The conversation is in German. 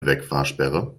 wegfahrsperre